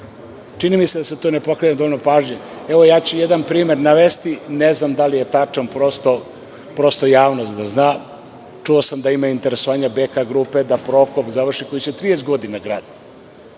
Čini mi se da tome ne poklanja dovoljno mnogo pažnje. Navešću jedan primer, ne znam da li je tačan, prosto javnost da zna. Čuo sam da ima interesovanja „BK grupe“ da Prokop završi koji se 30 godina gradi,